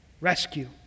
Rescue